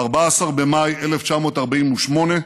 ב־14 במאי 1948,